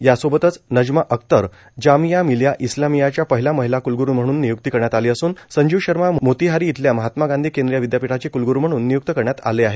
या सोबतच नजमा अख्तर जामिया मिलिया इस्लामियाच्या पहिल्या महिला क्लग्रू म्हणून निय्क्त करण्यात आले असून संजिव शर्मा मोतिहारी इथल्या महात्मा गांधी केंद्रीय विद्यापीठाचे क्लग्रू म्हणून निय्क्त करण्यात आले आहे